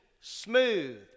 smooth